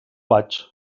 vaig